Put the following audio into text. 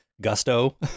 gusto